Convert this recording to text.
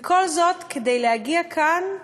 וכל זאת כדי להגיע לכאן,